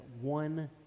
one